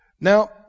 Now